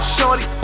Shorty